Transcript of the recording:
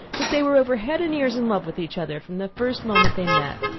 that they were over head and ears in love with each other from the first moment they met?